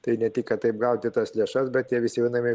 tai ne tik kad taip gauti tas lėšas bet tie visi vadinami